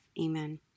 Amen